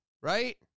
right